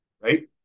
right